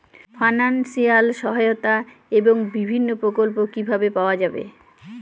Financial সহায়তা এবং বিভিন্ন প্রকল্প কিভাবে পাওয়া যাবে?